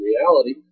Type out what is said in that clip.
reality